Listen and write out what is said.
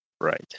Right